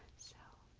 so.